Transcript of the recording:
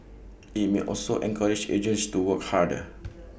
IT may also encourage agents to work harder